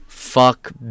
Fuck